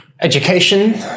Education